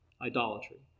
idolatry